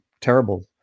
terrible